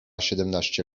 siedemnaście